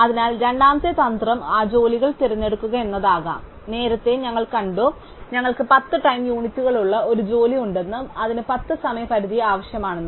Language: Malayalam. അതിനാൽ രണ്ടാമത്തെ തന്ത്രം ആ ജോലികൾ തെരഞ്ഞെടുക്കുക എന്നതാകാം അതിനാൽ നേരത്തെ ഞങ്ങൾ കണ്ടു ഞങ്ങൾക്ക് 10 ടൈം യൂണിറ്റുകളുള്ള ഒരു ജോലിയുണ്ടെന്നും അതിന് 10 സമയപരിധിയും ആവശ്യമാണെന്നും